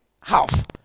half